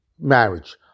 marriage